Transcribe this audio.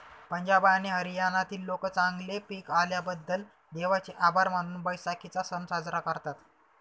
पंजाब आणि हरियाणातील लोक चांगले पीक आल्याबद्दल देवाचे आभार मानून बैसाखीचा सण साजरा करतात